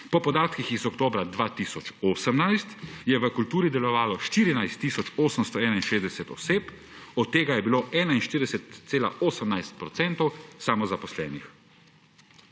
Po podatkih iz oktobra 2018 je v kulturi delovalo 14 tisoč 861 oseb, od tega je bilo 41,18 % samozaposlenih.